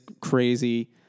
crazy –